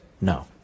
no